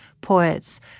poets